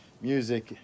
music